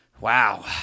Wow